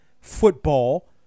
football